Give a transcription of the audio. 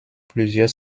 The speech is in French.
plusieurs